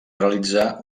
realitzar